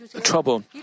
trouble